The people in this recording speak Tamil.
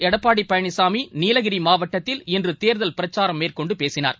எடப்பாடிபழனிசாமி நீலகிரிமாவட்டத்தில் இன்றதேர்தல் பிரச்சாரம் மேற்கொண்டுபேசினார்